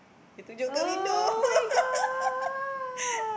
dia tunjuk dekat window